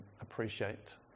appreciate